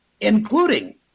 including